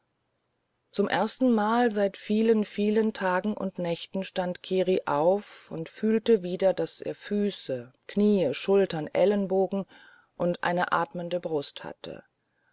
zum erstenmal seit vielen vielen tagen und nächten stand kiri auf und fühlte wieder daß er füße knie schultern ellenbogen und eine atmende brust hatte